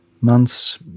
months